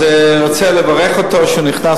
אז אני רוצה לברך אותו על כך שהוא נכנס